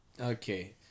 Okay